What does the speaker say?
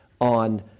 on